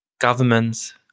governments